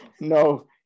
No